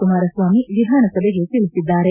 ಕುಮಾರಸ್ವಾಮಿ ವಿಧಾನಸಭೆಗೆ ತಿಳಿಸಿದ್ದಾರೆ